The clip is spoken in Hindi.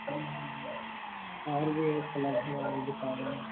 और भी हैं और भी एक कलर है अभी दिखा रहए हैं